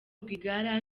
rwigara